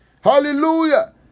Hallelujah